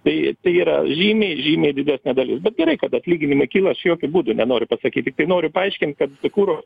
tai tai yra žymiai žymiai didesnė dalis bet gerai kad atlyginimai kyla aš jokiu būdu nenoriu pasakyt tiktai noriu paaiškint kad kuro